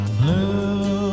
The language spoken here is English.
blue